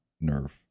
nerve